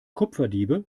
kupferdiebe